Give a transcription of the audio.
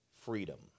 freedom